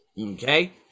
okay